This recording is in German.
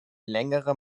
längere